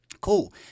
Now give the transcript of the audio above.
Cool